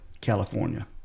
California